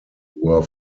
were